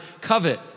covet